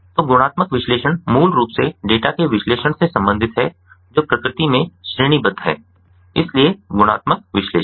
तो गुणात्मक विश्लेषण मूल रूप से डेटा के विश्लेषण से संबंधित है जो प्रकृति में श्रेणीबद्ध हैं इसलिए गुणात्मक विश्लेषण